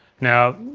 now,